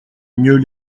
mieux